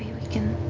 we can